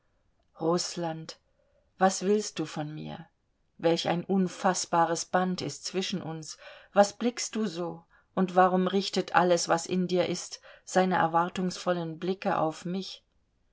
rußland was willst du von mir welch ein unfaßbares band ist zwischen uns was blickst du so und warum richtet alles was in dir ist seine erwartungsvollen blicke auf mich